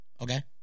Okay